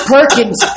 Perkins